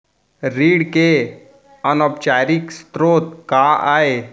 ऋण के अनौपचारिक स्रोत का आय?